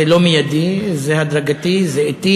זה לא מיידי, זה הדרגתי, זה אטי,